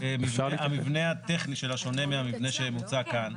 המבנה הטכני שלה שונה מהמבנה שמוצע כאן.